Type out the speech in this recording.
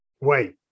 Wait